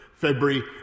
February